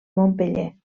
montpeller